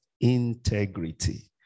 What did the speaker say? integrity